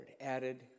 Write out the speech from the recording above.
added